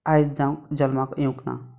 आयज जावं जल्माक येवंक ना